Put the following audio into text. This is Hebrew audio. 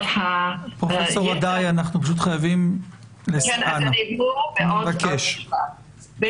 גם בסוגיות האקסטרא-טריטוריאליות הללו, התפיסה של